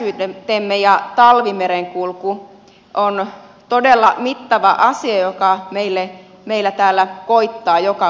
pitkät etäisyytemme ja talvimerenkulku on todella mittava asia joka meillä täällä koittaa joka vuosi